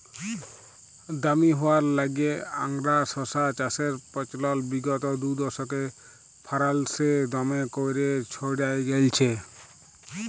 দামি হউয়ার ল্যাইগে আংগারা শশা চাষের পচলল বিগত দুদশকে ফারাল্সে দমে ক্যইরে ছইড়ায় গেঁইলছে